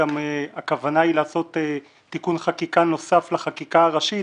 הכוונה היא לעשות תיקון חקיקה נוסף לחקיקה הראשית